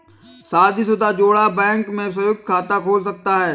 शादीशुदा जोड़ा बैंक में संयुक्त खाता खोल सकता है